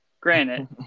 granted